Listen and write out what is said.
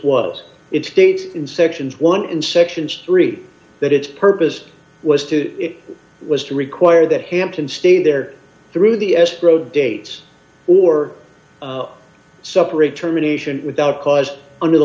was it states in section one in sections three that its purpose was to was to require that hampton stay there through the escrow dates or suffer a determination without cause under the